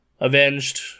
avenged